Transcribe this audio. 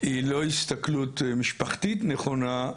זאת לא הסתכלות משפחתית נכונה.